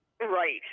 right